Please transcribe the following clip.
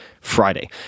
Friday